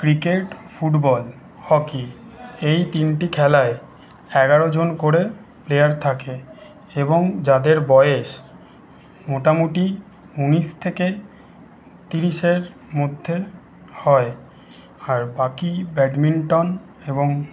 cricket football hockey এই তিনটি খেলায় এগারোজন করে প্লেয়ার থাকে এবং যাদের বয়স মোটামুটি উনিশ থেকে তিরিশের মধ্যে হয় আর বাকি ব্যাডমিন্টন এবং